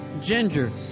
Ginger